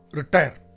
retire